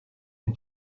une